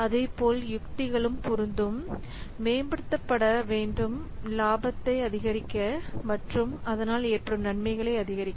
அதேபோல் யுத்திகளும் பொருந்தும் மேம்படுத்த வேண்டும் லாபத்தை அதிகரிக்க மற்றும் அதனால் ஏற்படும் நன்மைகளை அதிகரிக்க